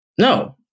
no